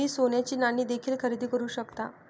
तुम्ही सोन्याची नाणी देखील खरेदी करू शकता